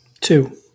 two